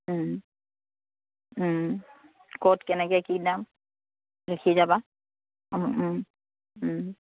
ক'ত কেনেকে কি দাম লিখি যাবা